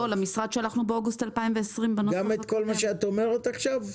למשרד שלחנו באוגוסט 2020. גם את כל מה שאת אומרת עכשיו?